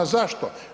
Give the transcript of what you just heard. Zašto?